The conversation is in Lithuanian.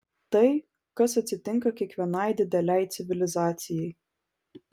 tai kas atsitinka kiekvienai didelei civilizacijai